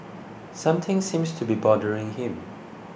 something seems to be bothering him